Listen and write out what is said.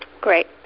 Great